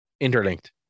interlinked